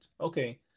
Okay